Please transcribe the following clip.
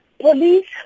police